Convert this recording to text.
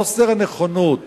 חוסר הנכונות